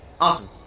awesome